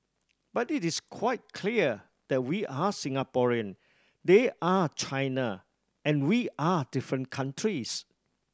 but it is quite clear that we are Singaporean they are China and we are different countries